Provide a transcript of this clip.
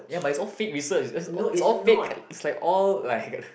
ya but is all fake research is is all fake is like all like